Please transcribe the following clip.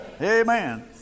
Amen